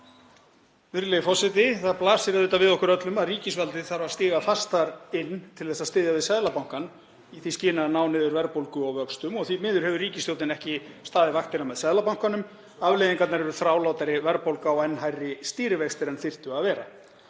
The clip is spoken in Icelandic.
auðvitað við okkur öllum að ríkisvaldið þarf að stíga fastar inn til að styðja við Seðlabankann í því skyni að ná niður verðbólgu og vöxtum og því miður hefur ríkisstjórnin ekki staðið vaktina með Seðlabankanum. Afleiðingarnar eru þrálátari verðbólga og enn hærri stýrivextir en þyrftu að vera.